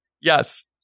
Yes